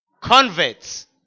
Converts